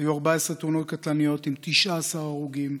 היו 14 תאונות קטלניות עם 19 הרוגים.